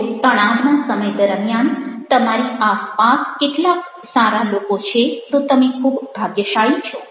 જો તણાવના સમય દરમિયાન તમારી આસપાસ કેટલાક સારા લોકો છે તો તમે ખૂબ ભાગ્યશાળી છો